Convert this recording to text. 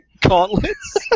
gauntlets